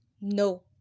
No